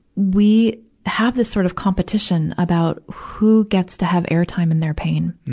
we have this sort of competition about who gets to have airtime in their pain.